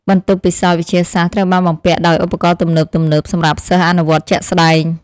បន្ទប់ពិសោធន៍វិទ្យាសាស្ត្រត្រូវបានបំពាក់ដោយឧបករណ៍ទំនើបៗសម្រាប់សិស្សអនុវត្តជាក់ស្តែង។